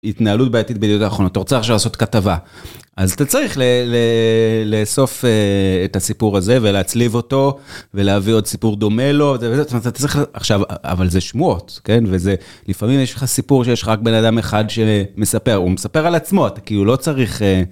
התנהלות בעתיד בידיעות אחרונות אתה רוצה עכשיו לעשות כתבה אז אתה צריך לאסוף את הסיפור הזה ולהצליב אותו ולהביא עוד סיפור דומה לו עכשיו אבל זה שמועות כן וזה לפעמים יש לך סיפור שיש רק בן אדם אחד שמספר הוא מספר על עצמו כי הוא לא צריך